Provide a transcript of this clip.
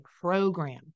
program